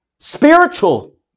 Spiritual